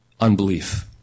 Unbelief